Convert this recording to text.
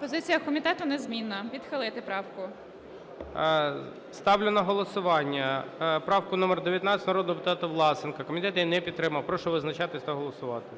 10:29:51 ЯНЧЕНКО Г.І. Позиція комітету незмінна – відхилити правку. ГОЛОВУЮЧИЙ. Ставлю на голосування правку номер 19 народного депутата Власенка. Комітет її не підтримав. Прошу визначатись та голосувати.